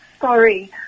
sorry